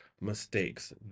mistakes